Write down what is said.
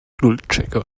nullchecker